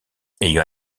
ayant